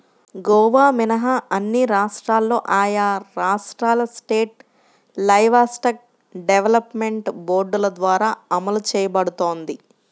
గోవా మినహా అన్ని రాష్ట్రాల్లో ఆయా రాష్ట్రాల స్టేట్ లైవ్స్టాక్ డెవలప్మెంట్ బోర్డుల ద్వారా అమలు చేయబడుతోంది